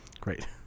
Great